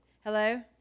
Hello